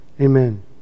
Amen